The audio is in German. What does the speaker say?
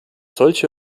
solche